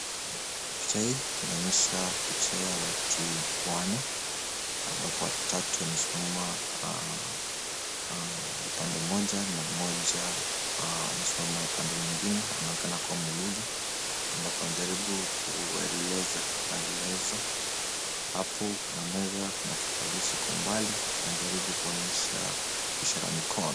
Picha hii inaonyesha picha ya watu wanne, ambapo watatu wamesima upande mmoja, na mmoja amesimama upande mwingine. Anaonekana kuwa muuguzi ambapo anajaribu kueleza maelezo. Hapo juu ya meza kuna kipatalishi kwa umbali, anajaribu kuonyesha kwa ishara ya mikono.